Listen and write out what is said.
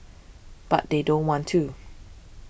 but they don't want to